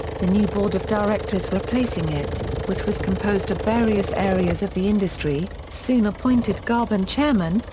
the new board of directors replacing it, which was composed of various areas of the industry, soon appointed garvan chairman,